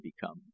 become